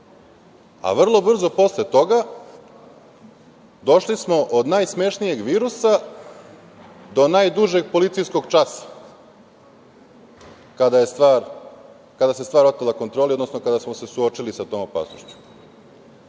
Vrlo brzo posle toga, došli smo od najsmešnijeg virusa do najdužeg policijskog časa, kada se stvar otela kontroli, odnosno kada smo se suočili sa tom opasnošću. Ne